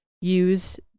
use